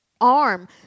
arm